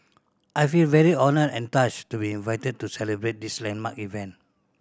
I feel very honoured and touched to be invited to celebrate this landmark event